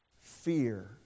fear